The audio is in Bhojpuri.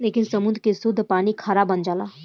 लेकिन समुंद्र के सुद्ध पानी खारा बन जाला